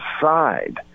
side